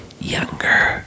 Younger